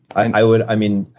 i would, i mean,